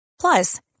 Plus